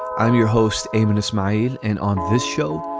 i'm your host, aymond smile. and on this show,